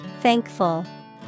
Thankful